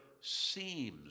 seems